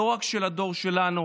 לא רק של הדור שלנו,